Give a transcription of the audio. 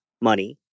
money